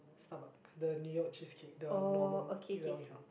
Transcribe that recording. Starbucks the New-York cheesecake the normal eat liao we cannot